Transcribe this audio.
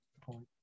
point